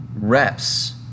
reps